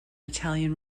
italian